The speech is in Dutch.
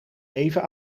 even